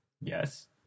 Yes